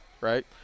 right